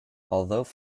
although